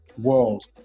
world